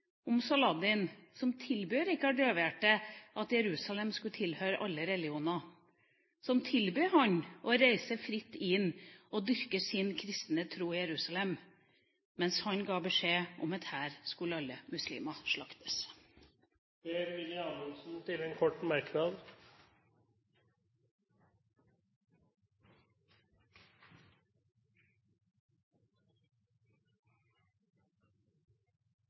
om Saladin som tilbød Rikard Løvehjerte at Jerusalem skulle tilhøre alle religioner, og som tilbød ham å reise fritt inn og dyrke sin kristne tro i Jerusalem, mens han ga beskjed om at her skulle alle muslimer slaktes. Per-Willy Amundsen har hatt ordet to ganger og får ordet til en kort merknad,